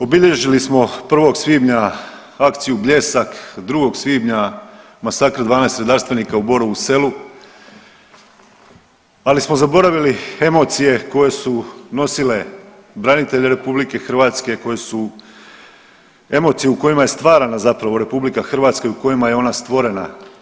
Obilježili smo 1. svibnja akciju Bljesak, 2. svibnja masakr 12 redarstvenika u Borovu selu, ali smo zaboravili emocije koje su nosile branitelje RH, koje su, emocije u kojima je stvarana zapravo RH i u kojima je ona stvorena.